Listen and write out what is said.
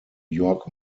york